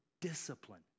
discipline